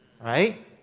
right